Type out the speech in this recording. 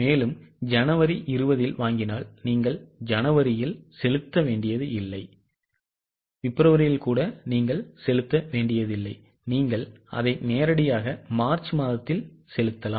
எனவே ஜனவரி 20 வாங்கினால் நீங்கள் ஜனவரியில் செலுத்த வேண்டியதில்லை பிப்ரவரியில் கூட நீங்கள் செலுத்த வேண்டியதில்லைநீங்கள் அதை நேரடியாக மார்ச் மாதத்தில் செலுத்தலாம்